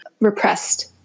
repressed